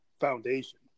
foundation